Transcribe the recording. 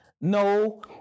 no